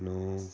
ਨੂੰ